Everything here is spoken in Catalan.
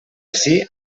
ací